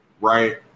right